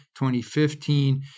2015